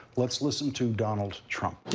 let's listen to donald trump.